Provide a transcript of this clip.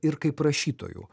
ir kaip rašytojų